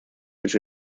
which